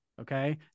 okay